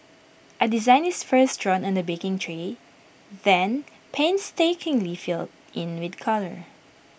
A design is first drawn on A baking tray then painstakingly filled in with colour